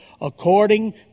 according